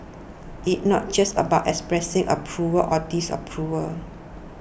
it not just about expressing approval or disapproval